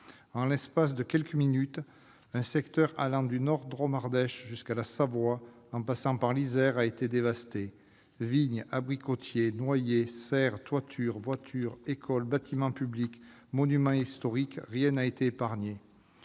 En l'espace de quelques minutes, un secteur allant du nord Drôme-Ardèche jusqu'à la Savoie, en passant par l'Isère, a été dévasté : vignes, abricotiers, noyers, serres, toitures, voitures, écoles, bâtiments publics, monuments historiques, rien n'a été épargné.